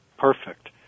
perfect